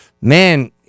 man